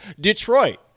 Detroit